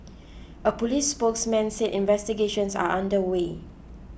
a police spokesman said investigations are under way